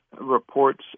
reports